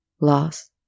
loss